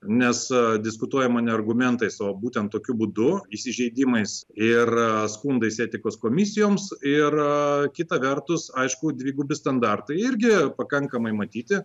nes diskutuojama ne argumentais o būtent tokiu būdu įsižeidimais ir skundais etikos komisijoms ir kita vertus aišku dvigubi standartai irgi pakankamai matyti